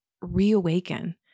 reawaken